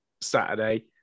Saturday